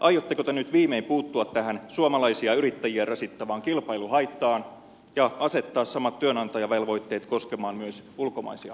aiotteko te nyt viimein puuttua tähän suomalaisia yrittäjiä rasittavaan kilpailuhaittaan ja asettaa samat työnantajavelvoitteet koskemaan myös ulkomaisia yrityksiä